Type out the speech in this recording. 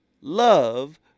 love